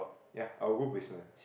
ya I'll go basement